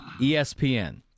ESPN